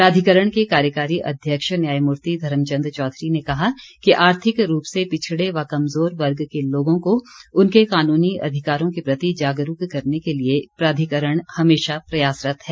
प्राधिकरण के कार्यकारी अध्यक्ष न्यायमूर्ति धर्मचंद चौधरी ने कहा कि आर्थिक रूप से पिछड़े व कमज़ोर वर्ग के लोगों को उनके कानूनी अधिकारों के प्रति जागरूक करने के लिए प्राधिकरण हमेशा प्रयासरत है